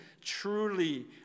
truly